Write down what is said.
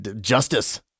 Justice